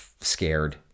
scared